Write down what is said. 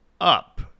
up